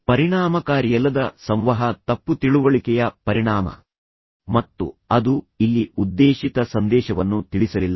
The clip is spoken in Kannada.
ಪರಿಣಾಮಕಾರಿಯಲ್ಲದ ಸಂವಹನ ತಪ್ಪು ತಿಳುವಳಿಕೆಯ ಪರಿಣಾಮ ಮತ್ತು ಅದು ಇಲ್ಲಿ ಉದ್ದೇಶಿತ ಸಂದೇಶವನ್ನು ತಿಳಿಸಲಿಲ್ಲ